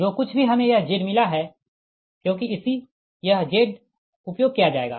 जो कुछ भी हमें यह Z मिला है क्योंकि इसी यह Z उपयोग किया जाएगा